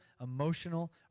emotional